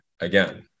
again